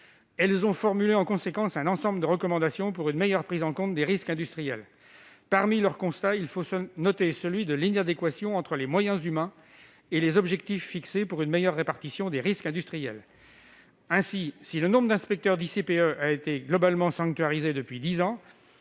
Elles ont formulé, en conséquence, un ensemble de recommandations pour une meilleure prise en compte des risques industriels. Parmi leurs constats, il faut noter celui de l'inadéquation entre les moyens humains et les objectifs fixés pour une meilleure prévention des risques industriels. Ainsi, si le nombre d'inspecteurs d'installation classée pour la